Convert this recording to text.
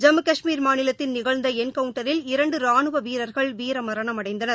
ஜம்மு கஷ்மீர் மாநிலத்தில் நிகழ்ந்த என்கவுண்டரில் இரண்டு ரானுவ வீரர்கள் வீர மரணமடைந்தனர்